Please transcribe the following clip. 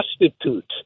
prostitutes